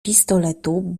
pistoletu